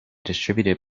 distributed